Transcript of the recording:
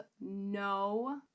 no